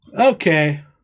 Okay